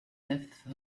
neuf